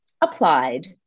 applied